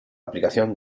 aplicación